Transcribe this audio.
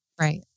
Right